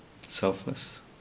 Selfless